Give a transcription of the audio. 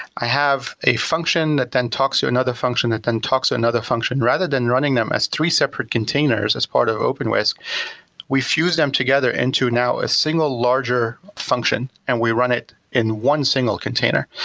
i have a function that then talks to another function that then talks to another function rather than running them as three separate containers as part of openwhisk we fuse them together into now a single larger function and we run it in one single container.